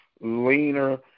leaner